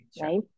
Right